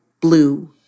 blue